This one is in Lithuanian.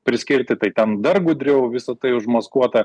priskirti tai ten dar gudriau visa tai užmaskuota